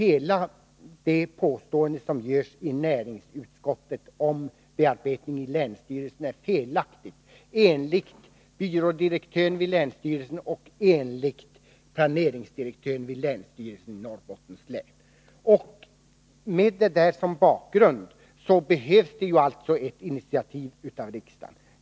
Allt vad som påstås i näringsutskottets betänkande om bearbetning i länsstyrelsen är felaktigt, enligt byrådirektören och planeringsdirektören i länsstyrelsen i Norrbottens län. Med det som bakgrund behövs alltså ett initiativ från riksdagen.